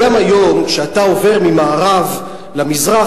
גם היום כשאתה עובר ממערב למזרח,